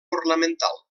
ornamental